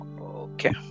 okay